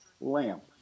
lamp